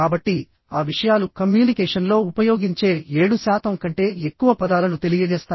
కాబట్టి ఆ విషయాలు కమ్యూనికేషన్లో ఉపయోగించే 7 శాతం కంటే ఎక్కువ పదాలను తెలియజేస్తాయి